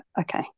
Okay